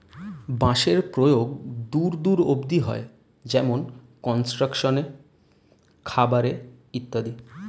বাঁশের প্রয়োগ দূর দূর অব্দি হয়, যেমন কনস্ট্রাকশন এ, খাবার এ ইত্যাদি